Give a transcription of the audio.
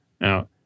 Now